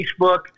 Facebook